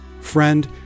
Friend